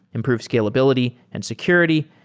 improve scalability and security,